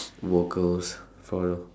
vocals follow